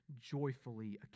joyfully